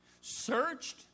Searched